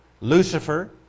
Lucifer